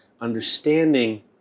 understanding